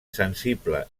sensible